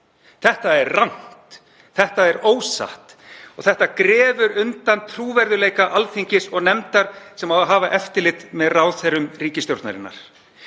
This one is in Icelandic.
Þetta er rangt. Þetta er ósatt. Þetta grefur undan trúverðugleika Alþingis og nefndar sem á að hafa eftirlit með ráðherrum ríkisstjórnarinnar.